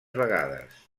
vegades